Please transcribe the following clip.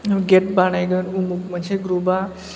gate बानायगोन उमुग मोनसे ग्रुप आ